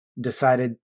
decided